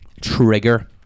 trigger